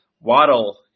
Waddle